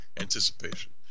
Anticipation